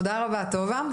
תודה רבה טובה,